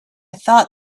thought